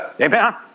Amen